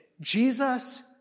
Jesus